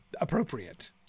appropriate